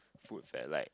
food fad like